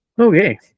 Okay